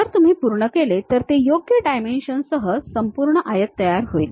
जर तुम्ही पूर्ण केले तर ते योग्य डायमेन्शनसह संपूर्ण आयत तयार होईल